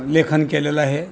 लेखन केलेलं आहे